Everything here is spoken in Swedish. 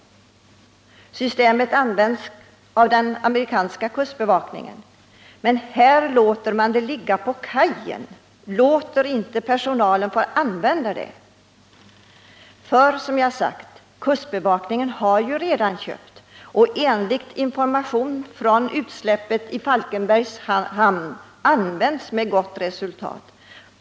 Systemet används också av den amerikanska kustbevakningen, men här låter man det ligga på kaj, man låter inte personalen få använda det. Dock är det så att kustbevakningen redan har gjort ett köp. Enligt information i samband med utsläppet i Falkenbergs hamn har systemet använts med gott resultat.